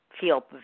feel